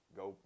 go